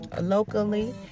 locally